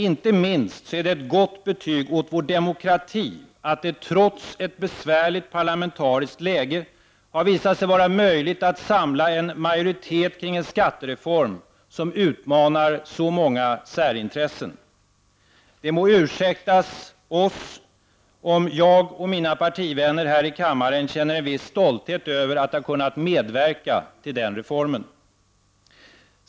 Inte minst är det ett gott betyg åt vår demokrati att det, trots ett besvärligt parlamentariskt läge, har visat sig vara möjligt att samla en majoritet kring en skattereform som utmanar så många särintressen. Det må ursäktas oss om jag och mina partivänner här i kammaren känner en viss stolthet över att ha kunnat medverka till den reformen. Herr talman!